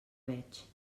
veig